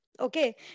okay